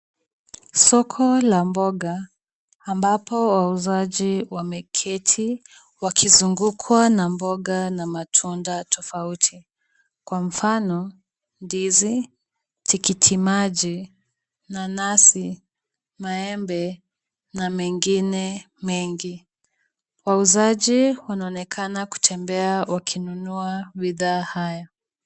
Soko la mboga, ambapo wauzaji wameketi wakizungukwa na mboga na matunda tofauti. Kwa mfano ndizi, tikiti maji, nanasi, maembe, na mengine mengi. Wauzaji wanaonekana kutembea wakinunua bidhaa haya.